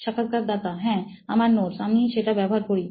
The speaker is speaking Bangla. সাক্ষাৎকারদাতা হ্যাঁ আমার নোটস আমি সেটা ব্যবহার করি